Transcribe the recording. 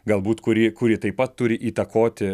galbūt kuri kuri taip pat turi įtakoti